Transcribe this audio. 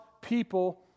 people